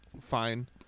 fine